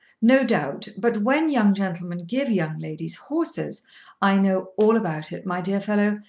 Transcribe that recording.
no doubt but when young gentlemen give young ladies horses i know all about it, my dear fellow.